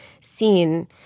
seen